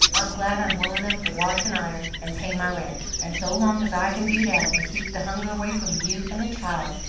i'm glad i'm well enough to wash and iron, and pay my rent, and so long as i can do that, and keep the hunger away from you and the child,